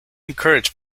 encouraged